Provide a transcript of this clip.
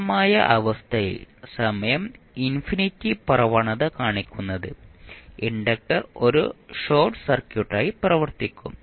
സ്ഥിരമായ അവസ്ഥയിൽ സമയം ഇൻഫിനിറ്റി പ്രവണത കാണിക്കുന്നത് ഇൻഡക്റ്റർ ഒരു ഷോർട്ട് സർക്യൂട്ടായി പ്രവർത്തിക്കും